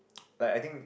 like I think